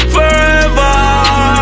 Forever